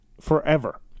forever